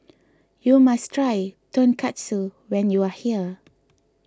you must try Tonkatsu when you are here